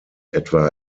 etwa